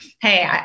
hey